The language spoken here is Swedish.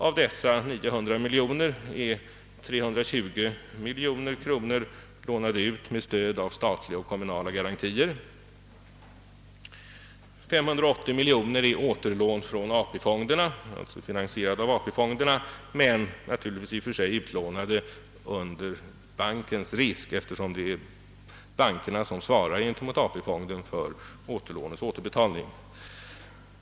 Av dessa 900 miljoner kronor är 320 miljoner kronor utlånade med stöd av statliga och kommunala garantier, 580 miljoner kronor är återlån, finansierade av AP-fonderna, men naturligtvis i och för sig utlånade på bankens risk, eftersom det är bankerna som gentemot AP-fonderna svarar för återlånens återbetalning.